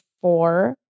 four